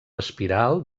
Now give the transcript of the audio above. espiral